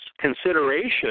consideration